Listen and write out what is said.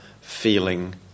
feeling